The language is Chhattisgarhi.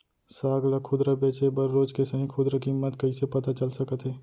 साग ला खुदरा बेचे बर रोज के सही खुदरा किम्मत कइसे पता चल सकत हे?